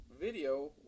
video